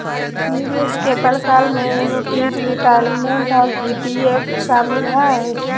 निवेश के प्रकार में एन्नुटीज, रिटायरमेंट और ई.टी.एफ शामिल हय